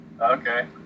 okay